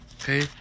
okay